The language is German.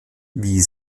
wie